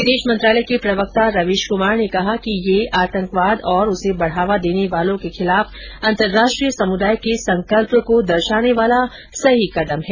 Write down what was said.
विदेश मंत्रालय के प्रवक्ता रवीश क्मार र्न कहा कि यह आतंकवाद और उसे बढ़ावा देने वालों के खिलाफ अंतर्राष्ट्रीय समुदाय के संकल्प को दर्शाने वाला सही कदम है